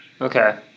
okay